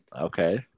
Okay